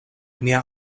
nia